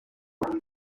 bamwe